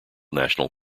national